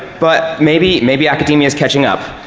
but maybe, maybe academia is catching up.